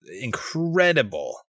incredible